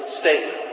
statement